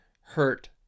hurt